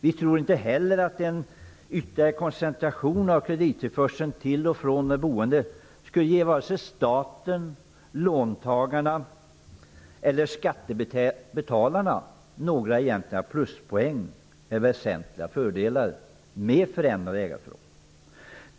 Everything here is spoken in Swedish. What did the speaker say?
Vi tror inte heller att en ytterligare koncentration av kredittillförseln till och från de boende skulle ge vare sig staten, låntagarna eller skattebetalarna några egentliga pluspoäng eller väsentliga fördelar med förändrade ägarförhållanden.